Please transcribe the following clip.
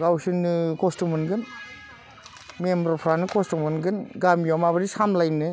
गावसोरनो खस्थ' मोनगोन मेम्बारफ्रानो खस्थ' मोनगोन गामियाव माबायदि सामब्लायनो